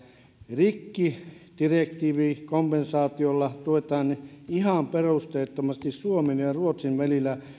rikkidirektiivikompensaatioilla tuetaan ihan perusteettomasti suomen ja ja ruotsin välillä